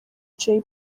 jay